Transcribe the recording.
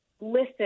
listen